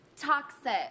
toxic